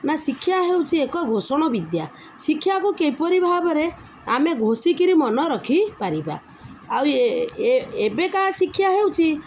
ନା ଶିକ୍ଷା ହେଉଛି ଏକ ଘୋଷଣ ବିଦ୍ୟା ଶିକ୍ଷାକୁ କିପରି ଭାବରେ ଆମେ ଘୋଷିକିରି ମନେ ରଖିପାରିବା ଆଉ ଏବେ କାହା ଶିକ୍ଷା ହେଉଛିି